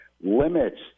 limits